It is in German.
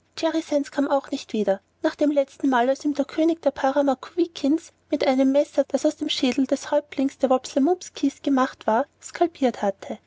kam nicht wieder nach dem letzten mal als ihn der könig der parromachaweekins mit einem messer das aus dem schädel des häuptlings der wopslemumpkies gemacht war skalpiert hatte